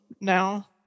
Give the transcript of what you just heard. now